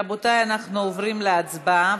רבותי, אנחנו עוברים להצבעה.